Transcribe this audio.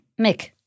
Mick